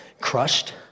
crushed